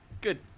Good